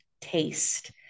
taste